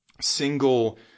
single